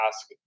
ask